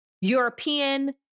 European